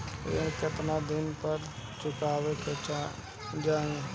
ऋण केतना दिन पर चुकवाल जाइ?